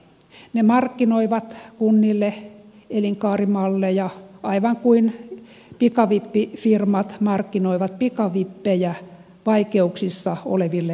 ne markkinoivat kunnille elinkaarimalleja aivan kuin pikavippifirmat markkinoivat pikavippejä vaikeuksissa oleville kansalaisille